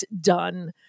done